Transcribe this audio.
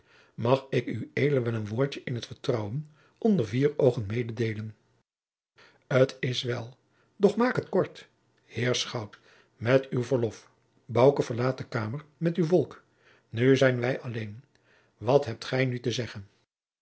wel een woordje in t vertrouwen onder vier oogen mededeelen t is wel doch maak het kort heer schout met uw verlof bouke verlaat de kamer met uw volk nu zijn wij alleen wat hebt gij nu te zeggen